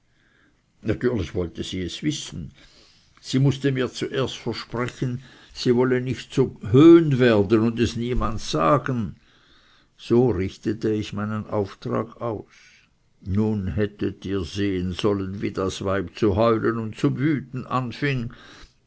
natürlich wollte sie es wissen sie mußte mir zuerst versprechen nicht höhn zu werden und es niemandem zu sagen dann richtete ich meinen auftrag aus nun hättet ihr sehen sollen wie das weib zu heulen und zu wüten anfing